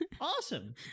awesome